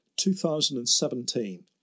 2017